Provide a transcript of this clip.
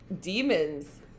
demons